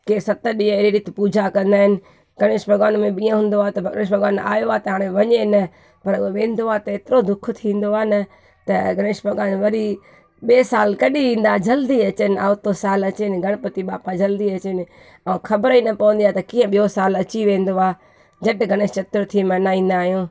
के सत ॾींहं अहिड़ी रीति पूजा कंदा आहिनि गणेश भॻवान में बि ईअं हूंदो आहे त गणेश भॻवान आयो आहे त वञे न पर उहो वेंदो आहे त एतिरो दुखु थींदो आहे न त गणेश भॻवानु वरी ॿिए साल कॾहिं ईंदा जल्दी अचनि ऐं त साल अचनि गणपती बप्पा जल्दी अचनि ऐं ख़बर ई न पवंदी आहे त कीअं ॿियों साल अची वेंदो आहे झटि गणेश चतुर्थी मनाईंदा आहियूं